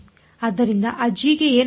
ಆದ್ದರಿಂದ ಆ g ಗೆ ಏನಾಗುತ್ತದೆ